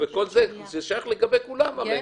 זה שייך לכולם במשק,